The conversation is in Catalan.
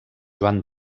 joan